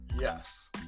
Yes